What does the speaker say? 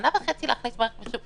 שנה וחצי להכניס מערכת מחשוב?